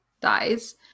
dies